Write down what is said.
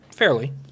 Fairly